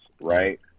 right